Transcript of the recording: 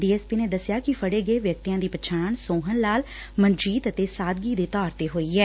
D S P ਨੇ ਦਸਿਆ ਕਿ ਫੜੇ ਗਏ ਵਿਅਕਤੀਆਂ ਦੀ ਪਛਾਣ ਸੋਹਣ ਲਾਲ ਮਨਜੀਤ ਅਤੇ ਸਾਦਗੀ ਦੇ ਤੌਰ ਤੇ ਹੋਈ ਐ